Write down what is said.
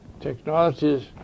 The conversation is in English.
technologies